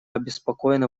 обеспокоены